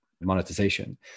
monetization